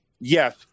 Yes